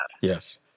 Yes